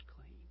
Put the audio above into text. clean